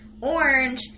orange